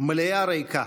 מליאה ריקה,